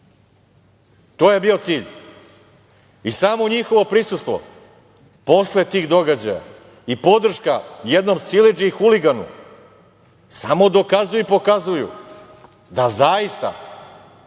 To je bio cilj. I, samo njihovo prisustvo posle tih događaja i podrška jednom siledžiji i huliganu samo dokazuju i pokazuju da zaista